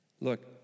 look